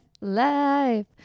Life